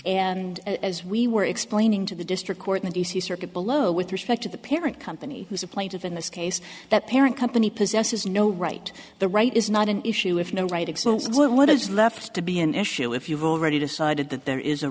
and as we were explaining to the district court in d c circuit below with respect to the parent company who's a plaintiff in this case that parent company possesses no right the right is not an issue if no right to what is left to be an issue if you've already decided that